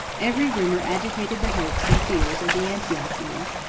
every rumor agitated the hopes and fears of the antiochians,